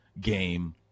game